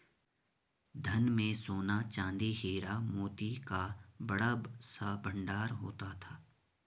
धन में सोना, चांदी, हीरा, मोती का बड़ा सा भंडार होता था